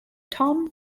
tom